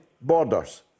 borders